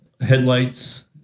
headlights